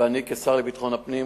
ואני כשר לביטחון הפנים,